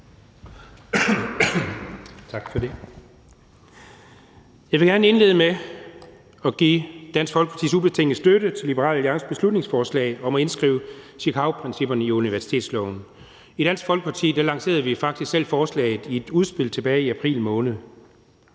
Jeg vil gerne indlede med at give Dansk Folkepartis ubetingede støtte til Liberal Alliances beslutningsforslag om at indskrive Chicagoprincipperne i universitetsloven. I Dansk Folkeparti lancerede vi faktisk selv forslaget i et udspil tilbage i april måned.